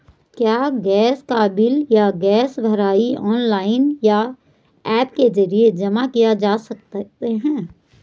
क्या गैस का बिल या गैस भराई ऑनलाइन या ऐप के जरिये जमा किये जा सकते हैं?